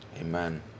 Amen